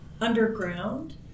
underground